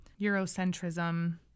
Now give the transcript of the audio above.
Eurocentrism